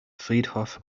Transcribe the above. friedhof